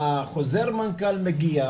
החוזר מנכ"ל מגיע,